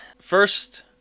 first